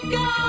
go